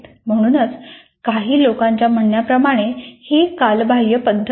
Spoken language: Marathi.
म्हणून काही लोकांच्या म्हणण्याप्रमाणे ही कालबाह्य पद्धत नाही